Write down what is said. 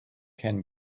can